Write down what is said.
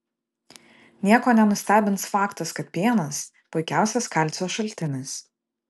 nieko nenustebins faktas kad pienas puikiausias kalcio šaltinis